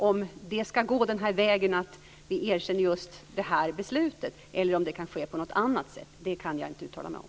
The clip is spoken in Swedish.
Om vi ska gå den vägen att vi erkänner just detta beslut eller om det kan ske på något annat sätt kan jag inte uttala mig om.